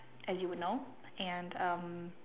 as you would know and um